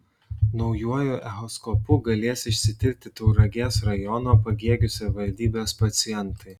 naujuoju echoskopu galės išsitirti tauragės rajono pagėgių savivaldybės pacientai